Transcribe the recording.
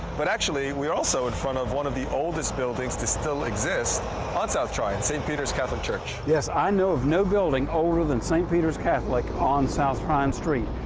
but actually, we are also in front of one of the oldest buildings to still exist on south tryon, st. peter's catholic church. yes. i know of no building older than saint peter's catholic on south tryon street.